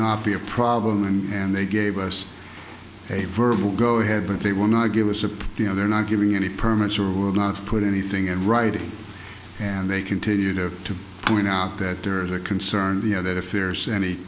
not be a problem and they gave us a verbal go ahead but they will not give us a you know they're not giving any permits or would not put anything in writing and they continue to point out that there is a concern the other if there's any